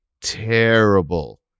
terrible